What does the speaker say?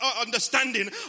understanding